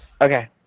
okay